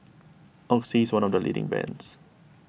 Oxy is one of the leading brands